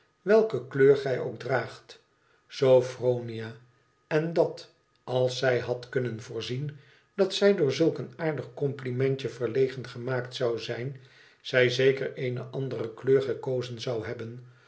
welke kleur gij ook draagt sophroiua en dat als zij had kunnen voorzien dat zij door zulk een aardig complimentje verlegen gemaakt zou zijn zij zeker eene andere kleur gekosen zou hebben